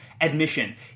admission